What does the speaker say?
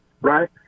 right